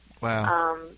Wow